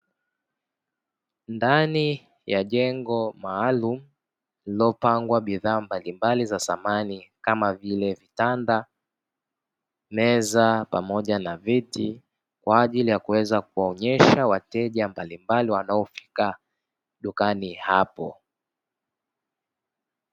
Ndani ya jengo maalumu lililopangwa bidhaa mbalimbali za samani kama vile vitanda, meza pamoja na viti kwa ajili ya kuweza kuwaonyesha wateja mbalimbali wanaofika dukani hapo.